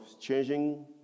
changing